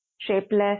shapeless